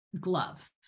glove